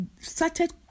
started